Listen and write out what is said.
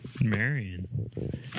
Marion